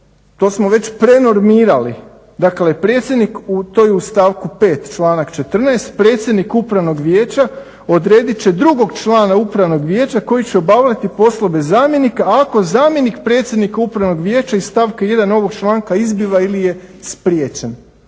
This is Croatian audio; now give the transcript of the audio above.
to smo već prenormirali. Dakle, predsjednik to je u stavku 5. članak 14. predsjednik upravnog vijeća odredit će drugog člana upravnog vijeća koji će obavljati poslove zamjenika ako zamjenik predsjednika upravnog vijeća iz stavka 1. ovog članka izbiva ili je spriječen.